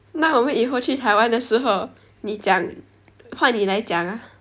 那我们以后去台湾的时候你讲换你来讲 ah